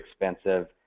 expensive